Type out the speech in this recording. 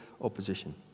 opposition